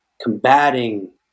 combating